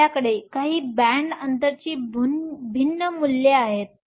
तर आपल्याकडे काही बॅण्ड अंतरची भिन्न मूल्ये आहेत